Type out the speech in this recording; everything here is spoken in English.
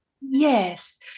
Yes